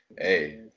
Hey